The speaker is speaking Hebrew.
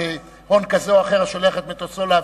הון כזה או אחר השולח את מטוסו להביא,